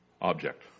object